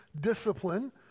discipline